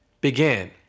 begin